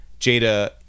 Jada